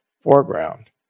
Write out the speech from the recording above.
foreground